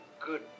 good